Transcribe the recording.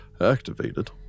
activated